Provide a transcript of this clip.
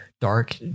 dark